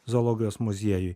zoologijos muziejui